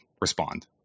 respond